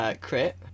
crit